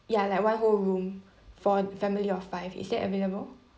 ya like one whole room for a family of five is that available